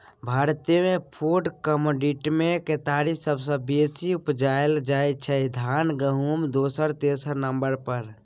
भारतमे फुड कमोडिटीमे केतारी सबसँ बेसी उपजाएल जाइ छै धान गहुँम दोसर तेसर नंबर पर